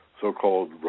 so-called